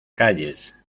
calles